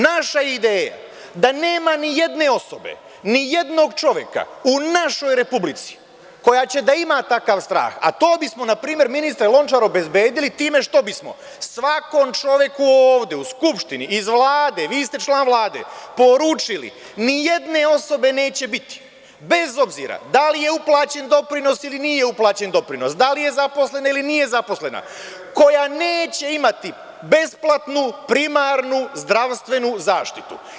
Naša je ideja, da nema ni jedne osobe, ni jednog čoveka, u našoj republici, koja će da ima takav strah, a to bi smo, na primer, ministre Lončar, obezbedili time što bi smo svakom čoveku ovde u skupštini, iz Vlade, vi ste član Vlade, poručili, ni jedne osobe neće biti, bez obzira da li je uplaćen doprinos ili nije uplaćen doprinos, da li je zaposlen ili nije zaposlena, koja neće imati besplatnu primarnu zdravstvenu zaštitu.